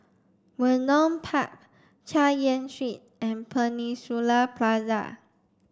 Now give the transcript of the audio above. Vernon Park Chay Yan Street and Peninsula Plaza